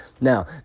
Now